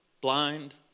blind